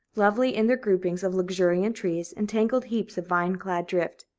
lovely in their groupings of luxuriant trees and tangled heaps of vine-clad drift.